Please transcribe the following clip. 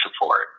support